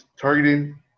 targeting